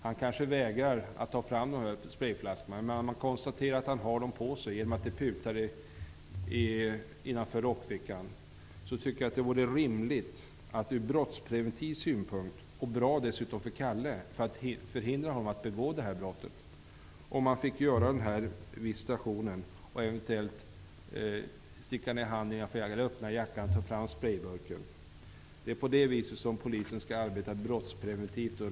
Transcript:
Han kanske vägrar att ta fram sprejflaskorna, men genom att det putar ut från rockfickorna kan det konstateras att han har flaskorna. Från brottspreventiv synpunkt vore det rimligt -- och dessutom bra för Kalle -- att förhindra honom att begå det här brottet genom att göra visitation och eventuellt öppna jackan och ta fram sprejburken. Det är på det viset polisen rent praktiskt skall arbeta i brottspreventivt syfte.